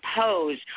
pose